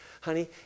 Honey